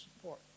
support